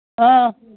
ꯑ